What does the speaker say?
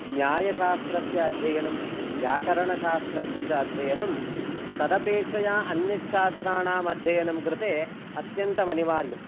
न्यायशास्त्रस्य अध्ययनं व्याकरणशास्त्रस्य च अध्ययनं तदपेक्षया अन्यच्छास्त्राणामध्ययनं कृते अत्यन्तमनिवार्यम्